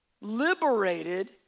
liberated